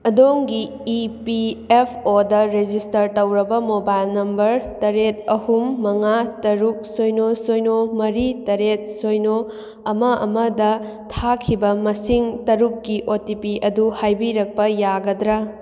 ꯑꯗꯣꯝꯒꯤ E P F ꯑꯣꯗ register ꯇꯧꯔꯕ ꯃꯣꯕꯥꯏꯜ ꯅꯝꯕꯔ ꯇꯔꯦꯠ ꯑꯍꯨꯝ ꯃꯉꯥ ꯇꯔꯨꯛ ꯁꯤꯅꯣ ꯅꯤꯅꯣ ꯃꯔꯤ ꯇꯔꯦꯠ ꯁꯤꯅꯣ ꯑꯃ ꯑꯃꯗ ꯊꯥꯈꯤꯕ ꯃꯁꯤꯡ ꯇꯔꯨꯛꯀꯤ ꯑꯣ ꯇꯤ ꯄꯤ ꯑꯗꯨ ꯍꯥꯏꯕꯤꯔꯛꯄ ꯌꯥꯒꯗ꯭ꯔꯥ